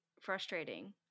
frustrating